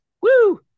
woo